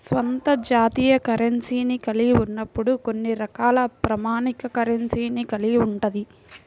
స్వంత జాతీయ కరెన్సీని కలిగి ఉన్నప్పుడు కొన్ని రకాల ప్రామాణిక కరెన్సీని కలిగి ఉంటది